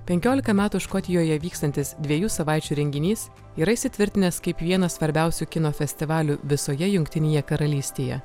penkiolika metų škotijoje vykstantis dviejų savaičių renginys yra įsitvirtinęs kaip vienas svarbiausių kino festivalių visoje jungtinėje karalystėje